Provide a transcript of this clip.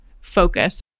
focus